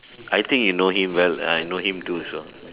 I think you know him well and I know him too also